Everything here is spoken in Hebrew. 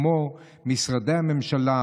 כמו משרדי הממשלה,